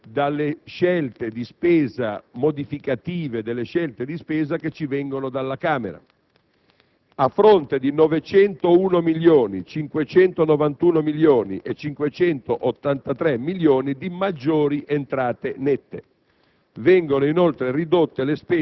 (quelle recate cioè dalle scelte di spesa modificative delle scelte di spesa che ci vengono dalla Camera), a fronte di 901 milioni, 591 milioni e 583 milioni di maggiori entrate nette.